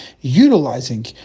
utilizing